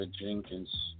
Jenkins